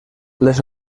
les